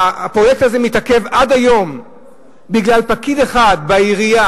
הפרויקט הזה מתעכב עד היום בגלל פקיד אחד בעירייה,